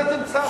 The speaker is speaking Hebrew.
אתה תמצא,